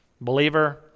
believer